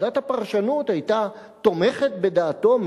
ועדת הפרשנות היתה תומכת בדעתו,